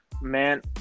Man